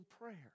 prayer